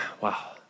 Wow